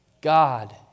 God